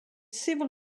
civil